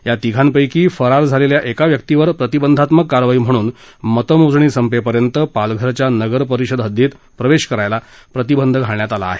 या तिघांपक्षी फरार झालेल्या एका व्यक्तीवर प्रतिबंधात्मक कारवाई म्हणून मतमोजणी संपेपर्यंत पालघर नगरपरिषद हद्दीत प्रवेश करण्यास प्रतिबंध करण्यात आला आहे